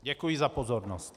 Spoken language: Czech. Děkuji za pozornost.